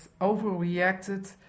overreacted